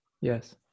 Yes